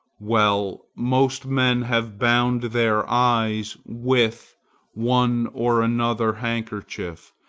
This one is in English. well, most men have bound their eyes with one or another handkerchief,